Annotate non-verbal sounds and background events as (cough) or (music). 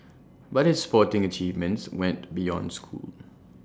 but his sporting achievements went beyond school (noise)